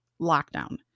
lockdown